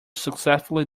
successfully